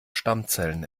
stammzellen